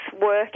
work